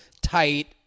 tight